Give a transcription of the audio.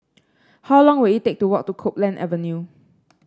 how long will it take to walk to Copeland Avenue